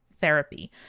therapy